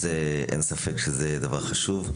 אז אין ספק שזה דבר חשוב.